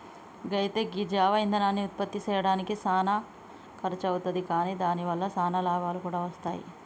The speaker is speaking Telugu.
అయితే గీ జీవ ఇందనాన్ని ఉత్పప్తి సెయ్యడానికి సానా ఖర్సు అవుతుంది కాని దాని వల్ల సానా లాభాలు కూడా వస్తాయి